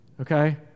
okay